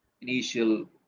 initial